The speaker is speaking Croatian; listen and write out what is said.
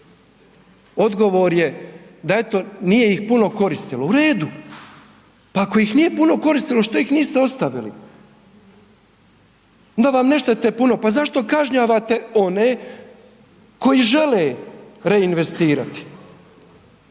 odgovor je da eto nije ih puno koristilo, u redu, pa ako ih nije puno koristilo što ih niste ostavili, onda vam ne štete puno pa zašto kažnjavate one koji žele reinvestirati.